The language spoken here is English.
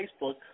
Facebook